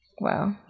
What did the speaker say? Wow